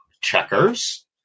checkers